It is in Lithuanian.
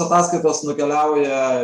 ataskaitos nukeliauja